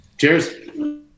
Cheers